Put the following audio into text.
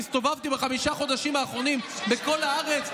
שהסתובבתי בחמשת החודשים האחרונים בכל הארץ,